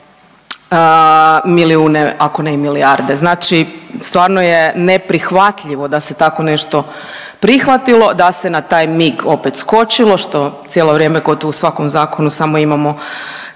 milijarde. Znači stvarno je neprihvatljivo da se tako nešto prihvatilo, da se na taj mig opet skočilo što cijelo vrijeme gotovo u svakom zakonu samo imamo